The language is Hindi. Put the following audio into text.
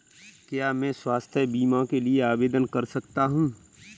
क्या मैं स्वास्थ्य बीमा के लिए आवेदन कर सकता हूँ?